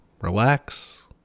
relax